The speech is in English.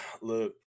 look